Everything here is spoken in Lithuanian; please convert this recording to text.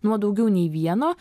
nuo daugiau nei vieno